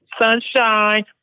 Sunshine